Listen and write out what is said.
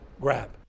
grab